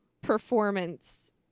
performance